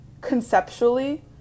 conceptually